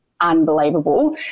unbelievable